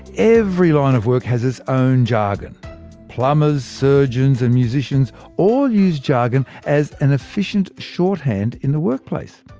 every line of work has its own jargon plumbers, surgeons and musicians all use jargon as an efficient shorthand in the workplace.